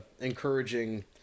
encouraging